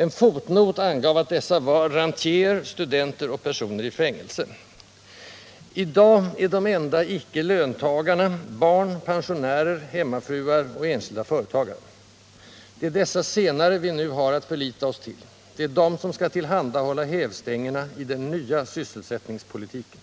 En fotnot angav att dessa var rentierer, studenter och personer i fängelse. I dag är de enda icke-löntagarna barn, pensionärer, hemmafruar och enskilda företagare. Det är dessa senare vi nu har att förlita oss till. Det är de som skall tillhandahålla hävstängerna i den nya sysselsättningspolitiken.